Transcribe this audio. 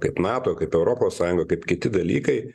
kaip nato kaip europos sąjunga kaip kiti dalykai